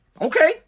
okay